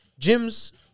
Gyms